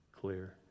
clear